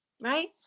right